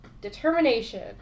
determination